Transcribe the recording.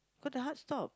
cause the heart stop